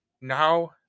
now